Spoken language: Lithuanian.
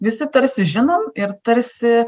visi tarsi žinom ir tarsi